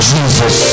Jesus